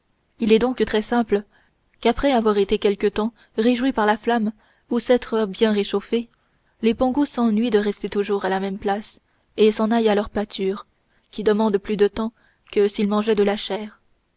il est donc très simple qu'après avoir été quelque temps réjouis par la flamme ou s'être bien réchauffés les pongos s'ennuient de rester toujours à la même place et s'en aillent à leur pâture qui demande plus de temps que s'ils mangeaient de la chair